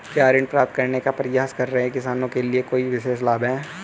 क्या ऋण प्राप्त करने का प्रयास कर रहे किसानों के लिए कोई विशेष लाभ हैं?